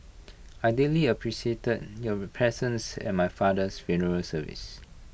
I deeply appreciated your presence at my father's funeral service